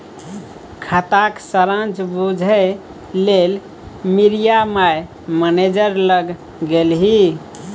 खाताक सारांश बुझय लेल मिरिया माय मैनेजर लग गेलीह